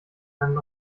wenn